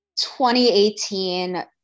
2018